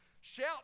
Shout